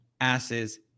asses